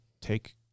take